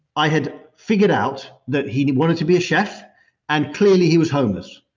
i had figured out that he wanted to be a chef and clearly he was homeless.